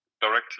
directly